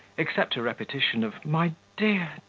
except a repetition of my dear,